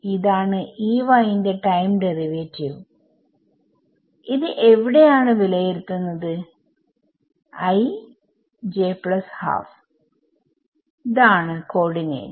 ഇതാണ് ന്റെ ടൈം ഡെറിവാറ്റീവ്ഇത് എവിടെയാണ് വിലയിരുത്തുന്നത് ആണ് കോഓർഡിനേറ്റ്സ്